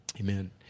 amen